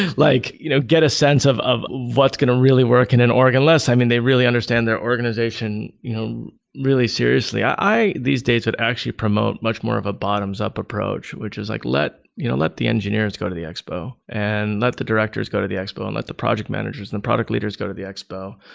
like you know get a sense of of what's going to really work in an org, unless i mean they really understand their organization really seriously. i, these days, would actually promote much more of a bottoms up approach, which is like let you know let the engineers go to the expo, and let the directors go to the expo, and let the project managers and product leaders go to the expo.